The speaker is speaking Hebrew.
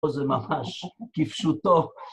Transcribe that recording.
‫פה זה ממש... כפשוטו.